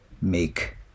make